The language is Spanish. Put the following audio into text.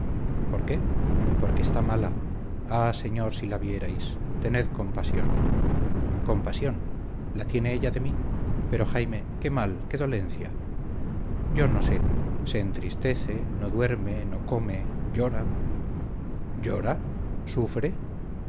por qué porque está mala ah señor si la vierais tened compasión compasión la tiene ella de mí pero jaime qué mal qué dolencia yo no sé se entristece no duerme no come llora llora sufre